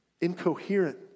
incoherent